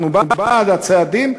אנחנו בעד הצעדים,